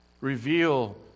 reveal